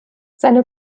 seine